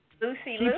Lucy